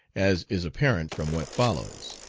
as is apparent from what follows